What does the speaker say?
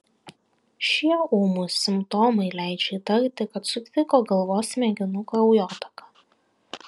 šie ūmūs simptomai leidžia įtarti kad sutriko galvos smegenų kraujotaka